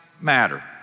Matter